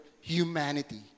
humanity